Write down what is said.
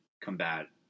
combat